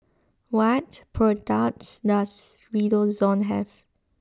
what products does Redoxon have